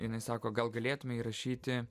jinai sako gal galėtume įrašyti